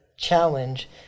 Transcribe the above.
challenge